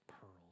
pearls